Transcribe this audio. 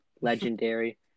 Legendary